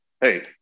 Hey